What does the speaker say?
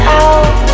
out